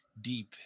deep